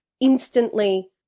instantly